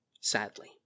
sadly